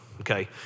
Okay